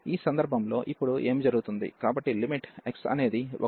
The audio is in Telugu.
ఈ సందర్భంలో ఇప్పుడు ఏమి జరుగుతుంది కాబట్టి లిమిట్ x అనేది 1 కి చేరుకుంటుంది